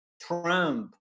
Trump